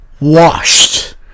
washed